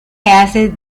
hace